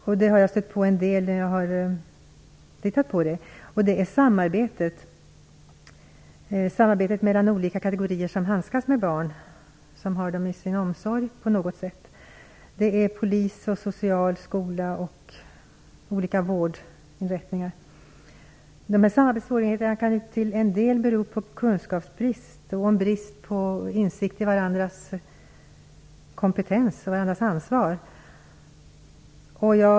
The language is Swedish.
En del har jag stött på när jag tittat på detta. Jag tänker på samarbetet mellan de olika kategorier som handskas med barn och som alltså har barnen i sin omsorg. Det gäller polisen, det sociala, skolan och olika vårdinrättningar. Samarbetssvårigheterna kan till en del bero på kunskapsbrist eller en bristande insikt om kompetens och ansvar hos de andra.